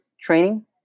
training